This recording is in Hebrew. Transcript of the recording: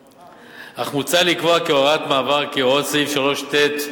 אך מוצע לקבוע כהוראת מעבר כי הוראות סעיף 3(ט)